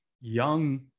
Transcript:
young